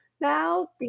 now